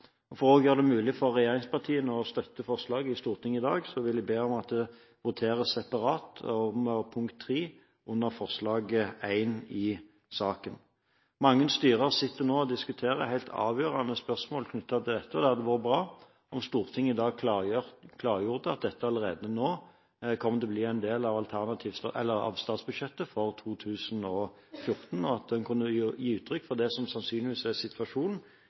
forslaget. For å gjøre det mulig for regjeringspartiene å støtte forslaget i Stortinget i dag vil jeg be om at det voteres separat over punkt 3 i forslag nr. 1 i saken. Mange styrer sitter nå og diskuterer helt avgjørende spørsmål knyttet til dette, og det hadde vært bra om Stortinget i dag klargjorde at dette allerede kommer til å bli en del av statsbudsjettet for 2014 – at man gir uttrykk for det som sannsynligvis er situasjonen,